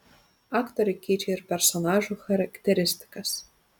aktoriai keičia ir personažų charakteristikas